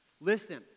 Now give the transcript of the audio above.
Listen